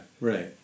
right